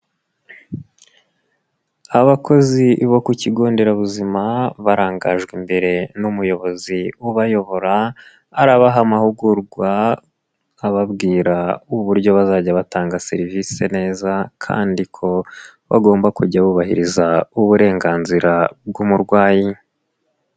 Abakozi bo ku kigo nderabuzima barangajwe imbere n'umuyobozi ubayobora, arabaha amahugurwa ababwira uburyo bazajya batanga serivisi neza kandi ko bagomba kujya bubahiriza uburenganzira bw'umurwayi.